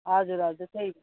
हजुर हजुर त्यही